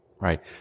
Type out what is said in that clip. right